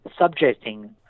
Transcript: subjecting